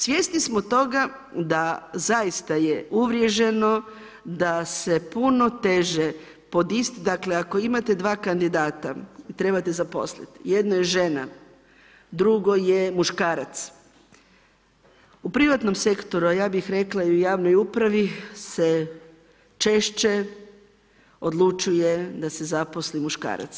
Svjesni smo toga da zaista je uvriježeno da se puno teže, dakle ako imate dva kandidata i trebate zaposliti, jedno je žena, drugo je muškarac, u privatnom sektoru, a ja bih rekla i u javnoj upravi se češće odlučuje da se zaposli muškarac.